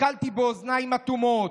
נתקלתי באוזניים אטומות,